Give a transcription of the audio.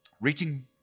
Reaching